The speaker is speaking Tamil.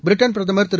பிரிட்டன் பிரதமர் திரு